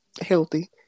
healthy